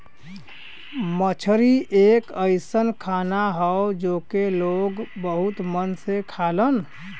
मछरी एक अइसन खाना हौ जेके लोग बहुत मन से खालन